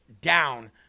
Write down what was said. down